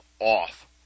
off